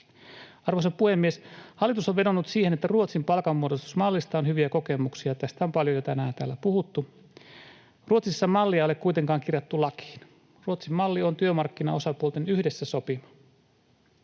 Arvoisa puhemies! Hallitus on vedonnut siihen, että Ruotsin palkanmuodostusmallista on hyviä kokemuksia, ja tästä on paljon jo tänään täällä puhuttu. Ruotsissa mallia ei ole kuitenkaan kirjattu lakiin. Ruotsin malli on työmarkkinaosapuolten yhdessä sopima.